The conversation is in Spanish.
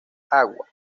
agua